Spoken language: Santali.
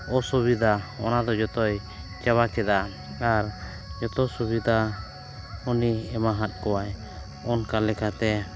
ᱚᱥᱩᱵᱤᱫᱟ ᱚᱱᱟ ᱫᱚ ᱡᱚᱛᱚᱭ ᱪᱟᱵᱟ ᱠᱮᱫᱟᱭ ᱟᱨ ᱡᱚᱛᱚ ᱥᱩᱵᱤᱫᱟ ᱩᱱᱤᱭ ᱮᱢᱟᱣᱟᱜ ᱠᱚᱣᱟᱭ ᱚᱱᱠᱟ ᱞᱮᱠᱟᱛᱮ